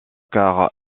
quarts